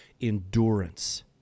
endurance